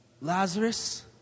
Lazarus